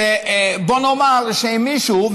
שבוא נאמר שאם מישהו,